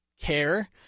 care